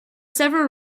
several